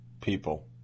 people